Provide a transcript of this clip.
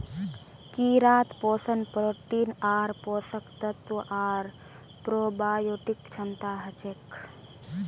कीड़ात पोषण प्रोटीन आर पोषक तत्व आर प्रोबायोटिक क्षमता हछेक